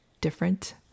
different